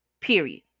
Period